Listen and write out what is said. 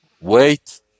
wait